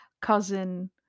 cousin